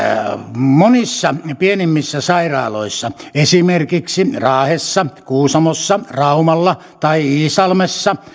monissa pienemmissä sairaaloissa esimerkiksi raahessa kuusamossa raumalla tai iisalmessa